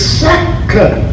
second